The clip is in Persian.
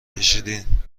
کشیدین